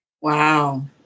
Wow